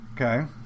Okay